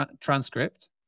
transcript